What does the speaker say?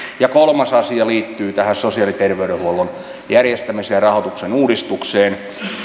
kolmas asia liittyy tähän sosiaali ja terveydenhuollon järjestämiseen ja rahoituksen uudistukseen